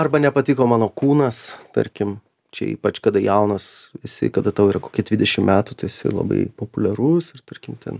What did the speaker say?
arba nepatiko mano kūnas tarkim čia ypač kada jaunas esi kada tau yra kokie dvidešim metų tu esi labai populiarus ir tarkim ten